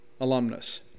alumnus